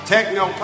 Techno